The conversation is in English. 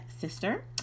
sister